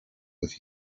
with